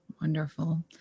Wonderful